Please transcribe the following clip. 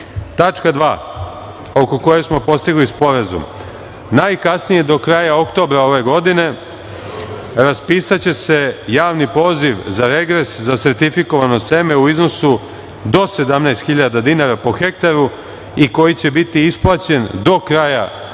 2. oko koje smo postigli sporazum. Najkasnije do kraja oktobra ove godine raspisaće se javni poziv za regres za sertifikovano seme u iznosu do 17.000 dinara po hektaru i koji će biti isplaćen do kraja 2024.